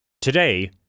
Today